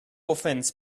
offense